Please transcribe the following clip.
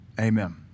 Amen